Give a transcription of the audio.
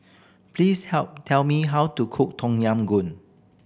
please tell me how to cook Tom Yam Goong